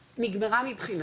ג' נגמרה מבחינתנו,